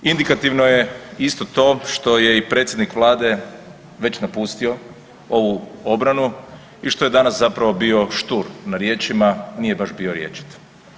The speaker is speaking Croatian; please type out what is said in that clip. Indikativno je isto to što što je i predsjednik Vlade već napustio ovu obranu i što je danas zapravo bio štur na riječima, nije baš bio rječit.